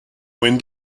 when